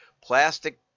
plastic